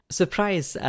Surprise